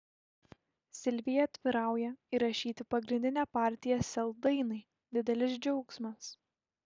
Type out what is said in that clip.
silvija atvirauja įrašyti pagrindinę partiją sel dainai didelis džiaugsmas